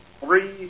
three